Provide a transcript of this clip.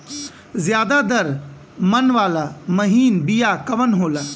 ज्यादा दर मन वाला महीन बिया कवन होला?